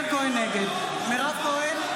נגד מירב כהן,